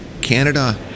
Canada